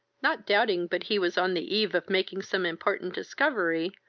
not doubting but he was on the eve of making some important discovery,